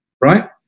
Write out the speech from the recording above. right